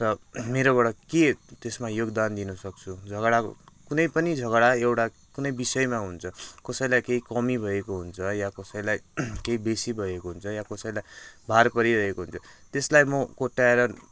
मेरोबाट के त्यसमा योगदान दिन सक्छु झगडा कुनै पनि झगडा एउटा कुनै बिषयमा हुन्छ कसैलाई केही कमी भएको हुन्छ या कसैलाई केही बेसी भएको हुन्छ या कसैलाई भार परिरहेको हुन्छ त्यसलाई म कोट्याएर